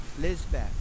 Lisbeth